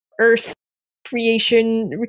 Earth-creation